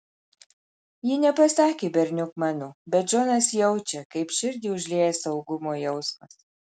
ji nepasakė berniuk mano bet džonas jaučia kaip širdį užlieja saugumo jausmas